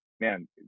man